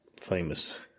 famous